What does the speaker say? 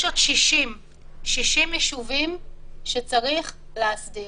יש עוד 60 ישובים שצריך להסדיר.